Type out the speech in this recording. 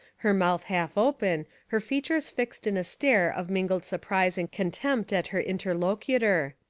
her mouth half open, her features fixed in a stare of min gled surprise and contempt at her interlocutor.